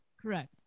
correct